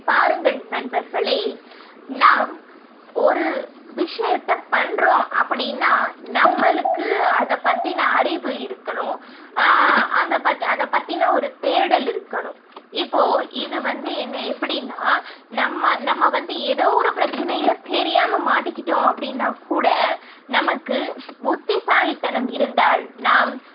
பாருங்கள் நண்பர்களே நாம் ஒரு விஷயத்தை பண்ணுறோம் அப்படின்னா நம்மளுக்கு அதைப் பற்றின அறிவு இருக்கணும் அந்தப்பத் அதைப் பற்றின ஒரு தேடல் இருக்கணும் இப்போது இது வந்து என்ன எப்படின்னா நம்ம நம்ம வந்து ஏதோ ஒரு பிரச்சினையில தெரியாமல் மாட்டிக்கிட்டோம் அப்படின்னா கூட நமக்கு புத்திசாலித்தனம் இருந்தால் நாம்